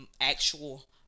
actual